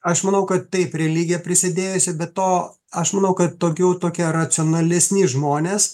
aš manau kad taip religija prisidėjusi be to aš manau kad daugiau tokie racionalesni žmonės